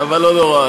אבל לא נורא,